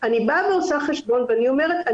אני עושה חשבון ואני אומרת,